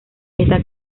esta